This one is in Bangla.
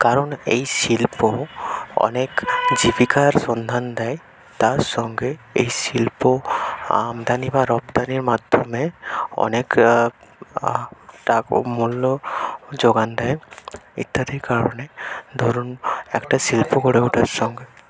কারণ এই শিল্প অনেক জীবিকার সন্ধান দেয় তার সঙ্গে এই শিল্প আমদানি বা রপ্তানির মাধ্যমে অনেক মূল্য যোগান দেয় একাধিক কারণে ধরুন একটা শিল্প গড়ে ওঠার সঙ্গে